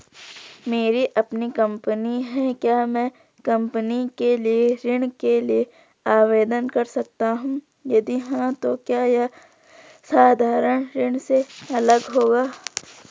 मेरी अपनी कंपनी है क्या मैं कंपनी के लिए ऋण के लिए आवेदन कर सकता हूँ यदि हाँ तो क्या यह साधारण ऋण से अलग होगा?